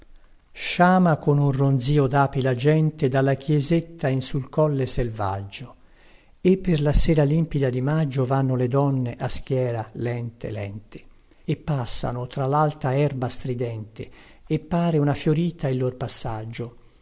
sciama con un ronzio dapi la gente dalla chiesetta in sul colle selvaggio e per la sera limpida di maggio vanno le donne a schiera lente lente e passano tra lalta erba stridente e pare una fiorita il lor passaggio